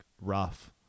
rough